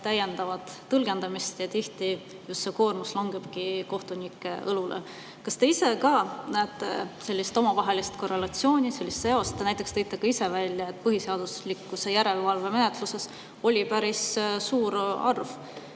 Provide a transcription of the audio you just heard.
täiendavat tõlgendamist. Tihti see koormus langeb just kohtunike õlule. Kas teie ka näete sellist omavahelist korrelatsiooni, sellist seost? Te tõite välja, et põhiseaduslikkuse järelevalve menetluses oli päris suur arv